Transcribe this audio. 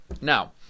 Now